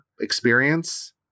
experience